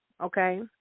okay